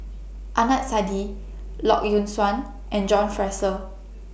Adnan Saidi Lee Yock Suan and John Fraser